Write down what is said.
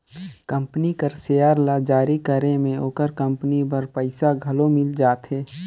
company कर share ल जारी करे में ओकर कंपनी बर पइसा घलो मिल जाथे